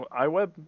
iWeb